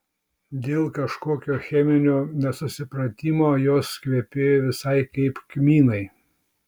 dėl kažkokio cheminio nesusipratimo jos kvepėjo visai kaip kmynai